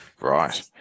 Right